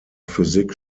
physik